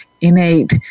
innate